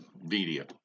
media